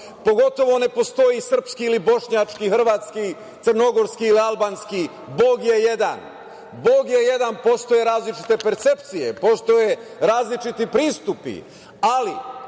pogotovo ne postoji srpski ili bošnjački, hrvatski, crnogorski ili albanski. Bog je jedan. Bog je jedan. Postoje različite percepcije, postoje različiti pristupi, ali